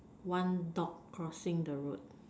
one dog crossing the road